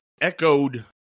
echoed